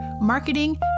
marketing